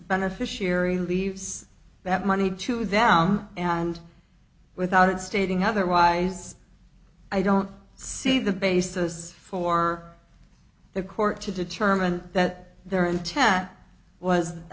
beneficiary leaves that money to them and without it stating otherwise i don't see the basis for the court to determine that their intent was i